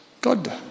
God